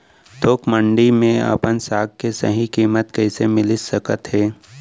थोक मंडी में अपन साग के सही किम्मत कइसे मिलिस सकत हे?